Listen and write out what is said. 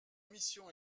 missions